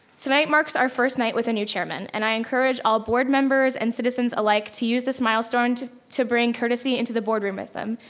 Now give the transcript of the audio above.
tonight marks our first night with a new chairman and i encourage all board members and citizens alike to use this milestone to to bring courtesy into the board room with them,